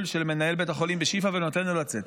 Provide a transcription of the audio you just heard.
של מנהל בית החולים בשיפא ונותן לו לצאת.